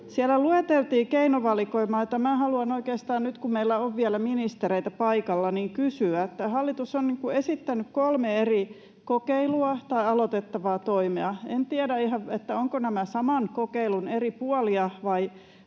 Siellä lueteltiin keinovalikoimaa, josta haluan oikeastaan kysyä nyt, kun meillä on vielä ministereitä paikalla. Hallitus on esittänyt kolmea eri kokeilua tai aloitettavaa toimea. En tiedä ihan, ovatko nämä saman kokeilun eri puolia